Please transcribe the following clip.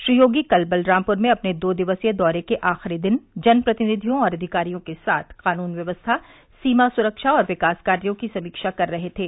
श्री योगी कल बलरामपुर में अपने दो दिवसीय दौरे के आखिरी दिन जनप्रतिनिधियों और अधिकारियों के साथ कानून व्यवस्था सीमा सुरक्षा और विकास कार्यो की समीक्षा कर रहे थे